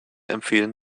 empfehlen